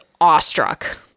awestruck